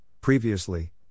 previously